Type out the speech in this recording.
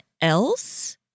else